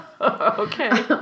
Okay